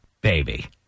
baby